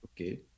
Okay